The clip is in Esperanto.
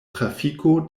trafiko